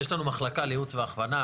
יש לנו מחלקה לייעוץ והכוונה,